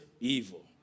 evil